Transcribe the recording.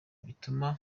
bituma